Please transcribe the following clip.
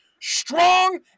strong